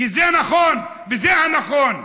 כי זה נכון וזה הנכון.